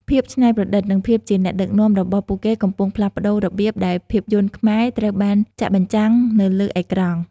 ភាពច្នៃប្រឌិត និងភាពជាអ្នកដឹកនាំរបស់ពួកគេកំពុងផ្លាស់ប្តូររបៀបដែលភាពយន្តខ្មែរត្រូវបានចាក់បញ្ជាំងនៅលើអេក្រង់។